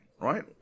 right